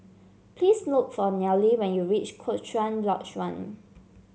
please look for Nealy when you reach Cochrane Lodge One